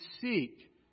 seek